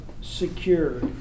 secure